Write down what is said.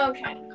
Okay